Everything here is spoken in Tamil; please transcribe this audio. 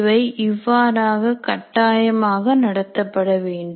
இவை இவ்வாறாக கட்டாயமாக நடத்தப்பட வேண்டும்